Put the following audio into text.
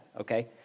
okay